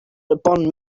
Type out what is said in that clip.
upon